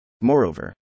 Moreover